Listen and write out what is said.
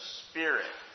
spirit